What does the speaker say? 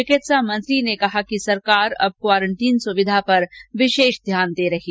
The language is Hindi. चिकित्सा मंत्री ने कहा कि सरकार अब क्वारंटीन सुविधा पर विशेष ध्यान दे रही है